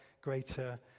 greater